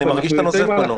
אני מרגיש שאתה נוזף בנו.